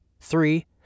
three